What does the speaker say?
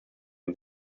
auf